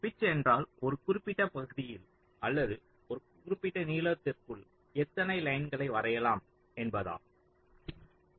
pitch என்றால் ஒரு குறிப்பிட்ட பகுதியில் அல்லது ஒரு குறிப்பிட்ட நீளத்திற்குள் எத்தனை லைன்களை வரையலாம் என்பதாகும்